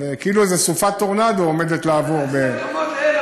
כאילו איזה סופת טורנדו עומדת לעבור בנגב.